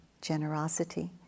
generosity